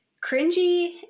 cringy